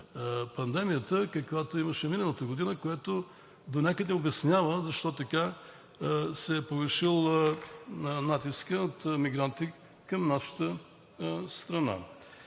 пандемията, каквито имаше миналата година, което донякъде обяснява защо така се е повишил натискът от мигранти към нашата страна.